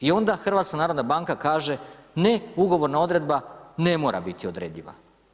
I onda HNB kaže, ne, ugovorna odredba ne mora biti odrediva.